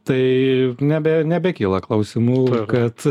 tai nebe nebekyla klausimų kad